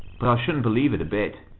shouldn't believe it a bit.